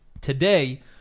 Today